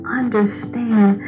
understand